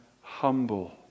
humble